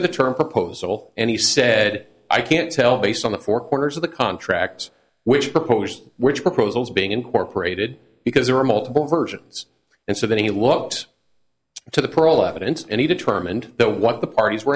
at the term proposal and he said i can't tell based on the four corners of the contracts which proposed which proposals being incorporated because there are multiple versions and so then he looked to the parole evidence and he determined the what the parties were